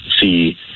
see